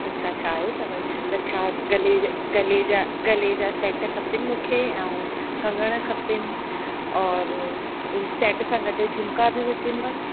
अच्छा अच्छा आयो अथव त छा गले जे गले जा गले जा सेट खपनि मूंखे ऐं कंगण खपनि और सेट सां गॾु झुमिका बि हुजनिव